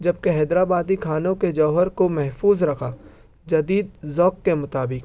جب کہ حیدر آبادی کھانوں کے جوہر کو محفوظ رکھا جدید ذوق کے مطابق